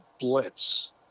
Blitz